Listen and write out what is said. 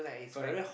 correct